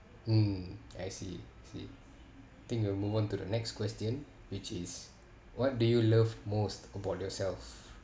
mm I see I see I think we'll move on to the next question which is what do you love most about yourself